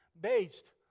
based